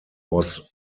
was